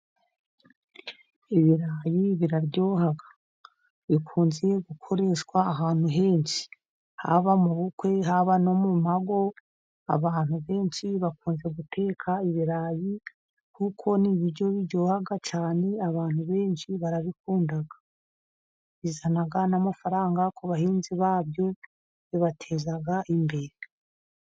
Ibirayi biraryoha, bikunze gukoreshwa ahantu henshi. Haba mu bukwe, haba no mu mago, abantu benshi bakunze guteka ibirayi, kuko ni ibiryo biryoha cyane, abantu benshi barabikunda, bizana n'amafaranga ku bahinzi babyo, bibateza imbere.